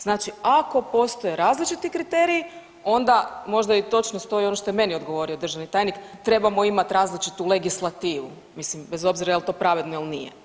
Znači ako postoje različiti kriteriji onda možda i točno stoji ono što je meni odgovorio državni tajnik trebamo imati različitu legislativu, mislim bez obzira jel' to pravedno ili nije.